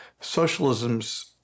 socialism's